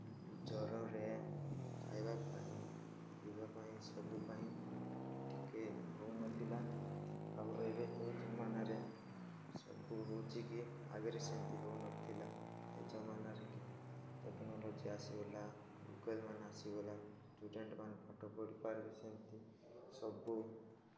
ଜ୍ଵରରେ ଖାଇବା ପାଇଁ ପିଇବା ପାଇଁ ସବୁ ପାଇଁ ଟିକେ ହେଉନଥିଲା ଆଉ ଏବେ ଏ ଯମାନାରେ ସବୁ ହେଉଛି କିି ଆଗରେ ସେମିତି ହେଉନଥିଲା ଏଇ ଯମାନାରେ କି ଟେକ୍ନୋଲୋଜି ଆସିଗଲା ଗୁଗଲ୍ ମାନ ଆସିଗଲା ଷ୍ଟୁଡ଼େଣ୍ଟ ମାନ ପାଠ ପଢ଼ିପାରିବ ସେମିତି ସବୁ